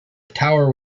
tower